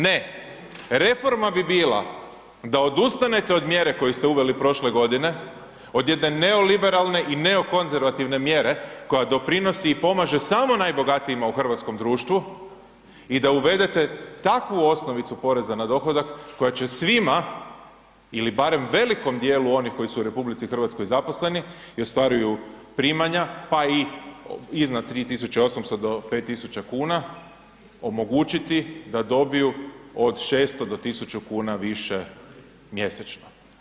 Ne reforma bi bila da odustanete od mjere koju ste uveli prošle godine od jedne neoliberalne i neokonzervativne mjere koja doprinosi i pomaže samo najbogatijima u hrvatskom društvu i da uvedete takvu osnovicu poreza na dohodak koja će svima ili barem velikom dijelu onih koji su u RH zaposleni i ostvaruju primanja pa i iznad 3800 do 5000 kuna omogućiti da dobiju od 600 do 1000 kuna više mjesečno.